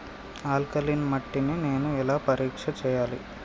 Alkaline మట్టి ని నేను ఎలా పరీక్ష చేయాలి?